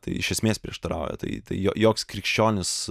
tai iš esmės prieštarauja tai tai jo joks krikščionis